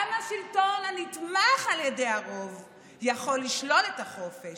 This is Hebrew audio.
גם השלטון הנתמך על ידי הרוב יכול לשלול את החופש.